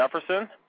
Jefferson